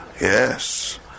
Yes